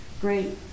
great